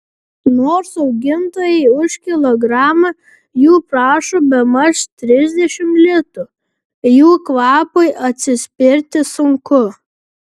nors augintojai už kilogramą jų prašo bemaž trisdešimt litų jų kvapui atsispirti sunku